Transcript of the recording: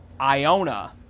Iona